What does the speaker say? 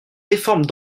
réforme